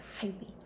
Highly